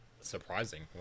surprising